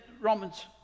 Romans